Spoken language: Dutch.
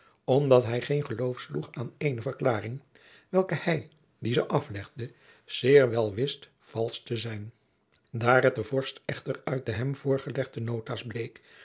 omdat hij geen geloof sloeg aan eene verklaring welke hij die ze aflegde zeer wel wist valsch te zijn daar het den vorst echter uit de hem voorgelegde notaas bleek